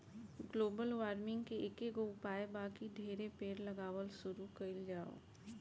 global warming के एकेगो उपाय बा की ढेरे पेड़ लगावल शुरू कइल जाव